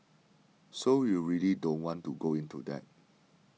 so you really don't want to go into that